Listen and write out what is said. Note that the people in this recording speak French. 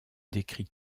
décrit